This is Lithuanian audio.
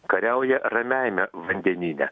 kariauja ramiajame vandenyne